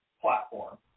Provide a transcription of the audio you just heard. platform